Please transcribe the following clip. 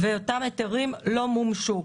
ואותם היתרים לא מומשו.